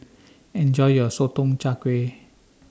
Enjoy your Sotong Char Kway